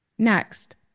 Next